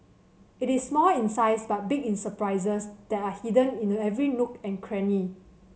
it is small in size but big in surprises that are hidden in a every nook and cranny